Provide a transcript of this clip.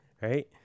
right